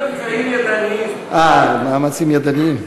אמצעים ידניים.